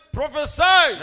prophesy